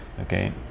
okay